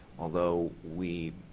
although we